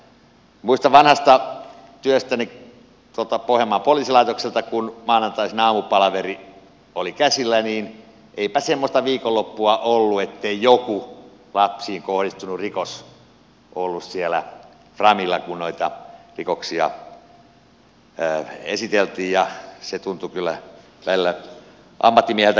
muistan vanhasta työstäni tuolta pohjanmaan poliisilaitokselta kun maanantaisin aamupalaveri oli käsillä niin eipä semmoista viikonloppua ollut ettei joku lapsiin kohdistunut rikos ollut siellä framilla kun noita rikoksia esiteltiin ja se tuntui kyllä välillä ammattimiehestäkin masentavalta